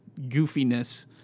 goofiness